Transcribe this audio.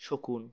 শকুন